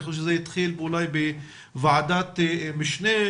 אני חושב שזה התחיל בוועדת משנה,